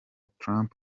trump